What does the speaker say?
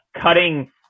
cutting